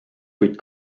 kuid